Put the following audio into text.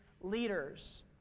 leaders